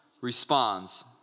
responds